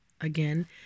again